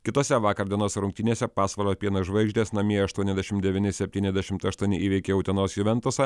kitose vakar dienos rungtynėse pasvalio pieno žvaigždės namie aštuoniasdešimt devyni septyniasdešimt aštuoni įveikė utenos juventusą